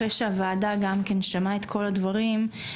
אחרי שהוועדה ככה גם שמעה את כל הדברים שהיתה צריכה לשמוע.